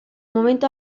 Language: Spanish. momento